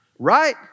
Right